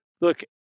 look